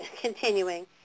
continuing